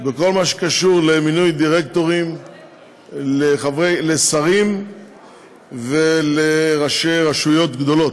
בכל מה שקשור למינוי דירקטורים לשרים ולראשי רשויות גדולות.